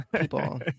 people